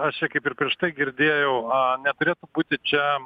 aš čia kaip ir prieš tai girdėjau neturėtų būti čia